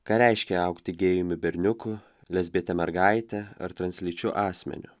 ką reiškia augti gėjumi berniuku lesbiete mergaite ar translyčiu asmeniu